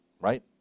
right